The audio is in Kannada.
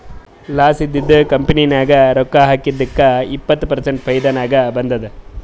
ಲಾಸ್ ಇದ್ದಿದು ಕಂಪನಿ ನಾಗ್ ರೊಕ್ಕಾ ಹಾಕಿದ್ದುಕ್ ಇಪ್ಪತ್ ಪರ್ಸೆಂಟ್ ಫೈದಾ ನಾಗ್ ಬಂದುದ್